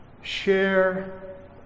share